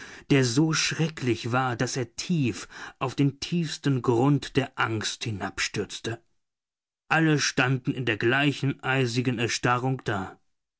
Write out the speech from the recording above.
der so schrecklich war daß er tief auf den tiefsten grund der angst hinabstürzte alle standen in der gleichen eisigen erstarrung da